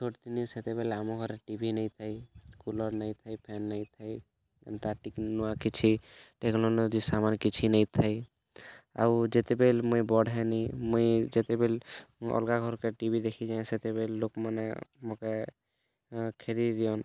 ଗୋଟ୍ ଜିନିଷ୍ ସେତେବେଳେ ଆମ ଘରେ ଟିଭି ନାଇ ଥାଇ କୁଲର୍ ନାଇ ଥାଇ ଫ୍ୟାନ୍ ନାଇ ଥାଇ ଏନ୍ତା ଟେକ୍ନୋଲୋଜି କିଛି ଟେକ୍ନୋଲୋଜି ସାମାନ୍ କିଛି ନେଇ ଥାଇ ଆଉ ଯେତେବେଲ୍ ମୁଇଁ ବଡ଼୍ ହେଲି ମୁଇଁ ଯେତେବେଲ୍ ଅଲ୍ଗା ଘର୍କେ ଟିଭି ଦେଖି ଯାଏ ସେତେବେଲ୍ ଲୋକମାନେ ମୋତେ ଖେଦି ଦିଅନ୍